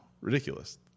ridiculous